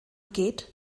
geht